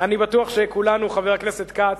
אני בטוח שכולנו, חבר הכנסת כץ,